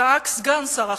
צעק סגן שר החינוך,